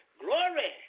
Glory